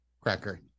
cracker